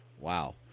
Wow